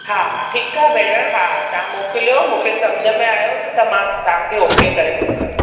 हा हा ठीकु आहे भेण हा तव्हां मोकिलियो मूंखे समुझ में आयो त मां तव्हांखे ओके करे सघंदमि